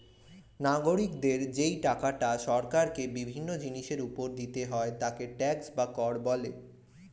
নাগরিকদের যেই টাকাটা সরকারকে বিভিন্ন জিনিসের উপর দিতে হয় তাকে ট্যাক্স বা কর বলে